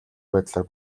байдлаар